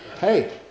Hey